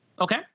Okay